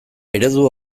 eredu